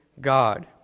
God